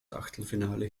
achtelfinale